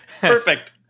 Perfect